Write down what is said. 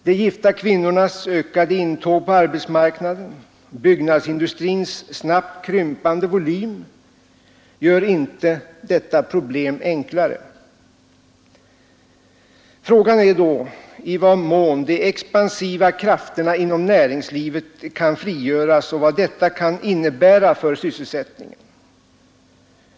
De gifta kvinnornas ökade intåg på arbetsmarknaden och byggnadsindustrins snabbt krympande volym gör inte detta problem enklare. Frågan är då i vad mån de expansiva krafterna inom näringslivet kan frigöras och vad detta kan innebära för sysselsättningen.